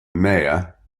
mayor